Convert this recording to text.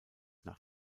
nach